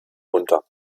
unter